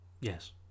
yes